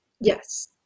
Yes